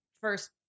first